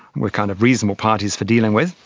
were kind of reasonable parties for dealing with.